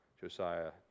Josiah